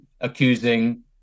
accusing